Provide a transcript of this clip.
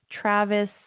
Travis